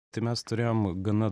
tai mes turėjom gana